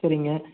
சரிங்க